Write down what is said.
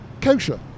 kosher